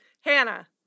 Hannah